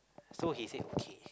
so he said okay